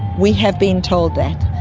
we have been told that.